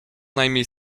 najmniej